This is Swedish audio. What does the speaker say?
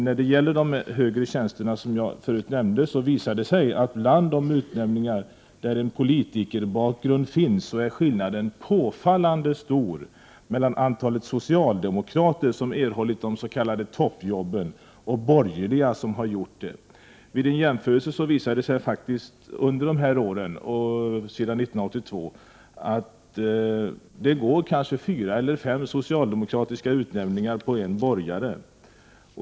När det gäller de högre tjänster som jag förut nämnde visar det sig, att bland de utnämningar där en politikerbakgrund finns är skillnaden påfallande stor mellan antalet socialdemokrater som erhållit de s.k. toppjobben och borgerliga som har gjort det. Vid en jämförelse finner man att det under de här åren sedan 1982 går kanske fyra eller fem utnämningar av socialdemokrater på en borgare.